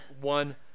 one –